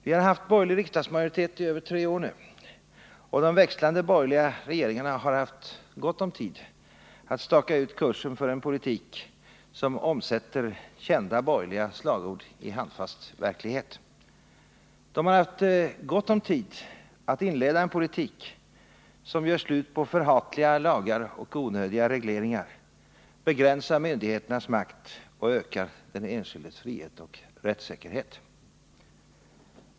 Vi har haft borgerlig riksdagsmajoritet i över tre år nu, och de växlande borgerliga regeringarna har haft gott om tid att staka ut kursen för en politik som omsätter kända borgerliga slagord i handfast verklighet. De har haft gott om tid att inleda en politik som gör slut på förhatliga lagar och onödiga regleringar, som begränsar myndigheternas makt och ökar den enskildes frihet och rättssäkerhet.